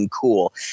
cool